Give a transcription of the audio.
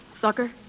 sucker